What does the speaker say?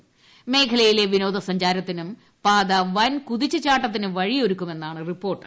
്മേഖലയിലെ വിനോദസഞ്ചാരത്തിനും പാത വൻ കുതിച്ചുചാട്ടത്തിന് വഴിയൊരുക്കുമെന്നാണ് റിപ്പോർട്ട്